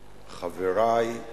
חברי,